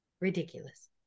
ridiculous